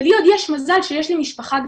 ולי עוד יש מזל שיש לי משפחה גדולה,